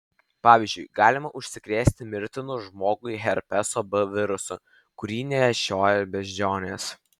pavyzdžiui galima užsikrėsti mirtinu žmogui herpeso b virusu kurį nešioja beždžionės